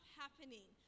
happening